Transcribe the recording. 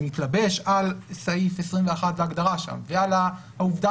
זה מתלבש על סעיף 21 להגדרה שם ועל העובדה